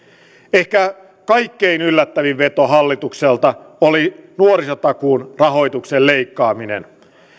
ehkä kaikkein yllättävin veto hallitukselta oli nuorisotakuun rahoituksen leikkaaminen